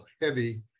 heavy